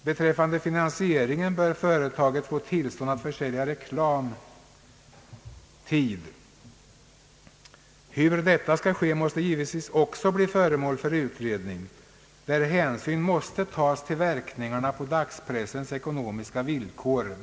Beträffande finansieringen bör företaget få tillstånd att försälja reklamtid. Hur detta skall ske måste också bli föremål för utredning, varvid hänsyn måste tas bland annat till verkningarna på dagspressens ekonomiska villkor.